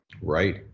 Right